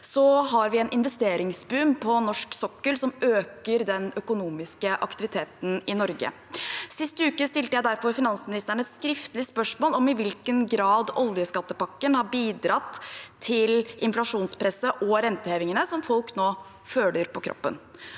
har vi en investeringsboom på norsk sokkel, noe som øker den økonomiske aktiviteten i Norge. Sist uke stilte jeg derfor finansministeren et skriftlig spørsmål om i hvilken grad oljeskattepakken har bidratt til inflasjonspresset og rentehevingene som folk nå føler på kroppen.